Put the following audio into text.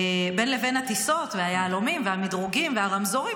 בין לבין הטיסות והיהלומים והמדרוגים והרמזורים,